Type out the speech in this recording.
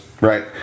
Right